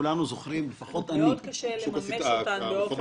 מאוד קשה לממש אותן.